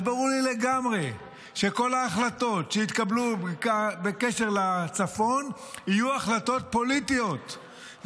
אז ברור לי לגמרי שכל ההחלטות שיתקבלו בקשר לצפון יהיו החלטות פוליטיות,